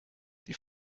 die